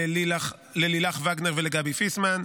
ללילך וגנר ולגבי פיסמן,